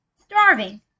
Starving